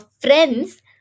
friends